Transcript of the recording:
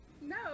No